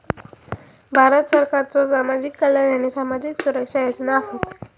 भारत सरकारच्यो सामाजिक कल्याण आणि सामाजिक सुरक्षा योजना आसत